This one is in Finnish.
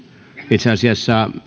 itse asiassa